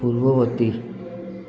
ପୂର୍ବବର୍ତ୍ତୀ